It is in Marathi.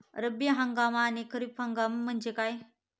रब्बी हंगाम आणि खरीप हंगाम म्हणजे काय?